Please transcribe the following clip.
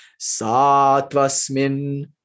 Satvasmin